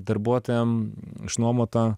darbuotojam išnuomota